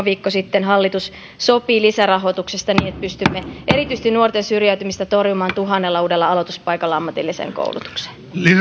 viikko sitten hallitus sopi lisärahoituksesta niin että pystymme erityisesti nuorten syrjäytymistä torjumaan tuhannella uudella aloituspaikalla ammatilliseen koulutukseen